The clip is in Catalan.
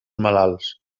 malalts